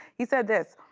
he said this,